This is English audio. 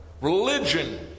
Religion